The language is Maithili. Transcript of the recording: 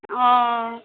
ओ